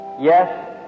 Yes